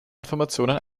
informationen